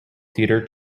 theatre